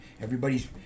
everybody's